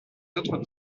autres